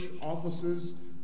offices